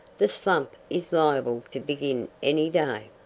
the slump is liable to begin any day.